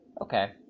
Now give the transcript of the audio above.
Okay